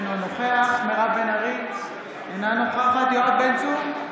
אינו נוכח מירב בן ארי, אינה נוכחת יואב בן צור,